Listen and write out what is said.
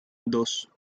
dos